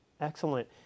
Excellent